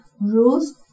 rules